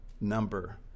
number